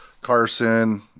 Carson